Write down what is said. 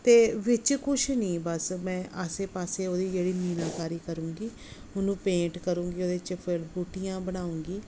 ਅਤੇ ਵਿੱਚ ਕੁਛ ਨਹੀਂ ਬਸ ਮੈਂ ਆਸੇ ਪਾਸੇ ਉਹਦੀ ਜਿਹੜੀ ਮੀਨਾਕਾਰੀ ਕਰੂੰਗੀ ਉਹਨੂੰ ਪੇਂਟ ਕਰੂੰਗੀ ਉਹਦੇ 'ਚ ਫਿਰ ਬੂਟੀਆਂ ਬਣਾਉਂਗੀ